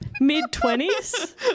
mid-twenties